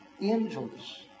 angels